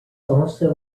also